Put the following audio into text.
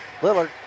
Lillard